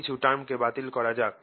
কিছু টার্মকে বাতিল করা যাক